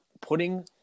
putting